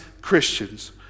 Christians